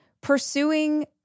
Pursuing